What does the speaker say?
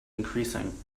increasing